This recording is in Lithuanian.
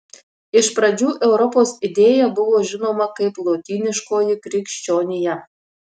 iš pradžių europos idėja buvo žinoma kaip lotyniškoji krikščionija